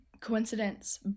coincidence